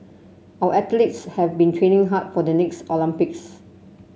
our athletes have been training hard for the next Olympics